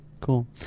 Cool